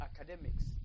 academics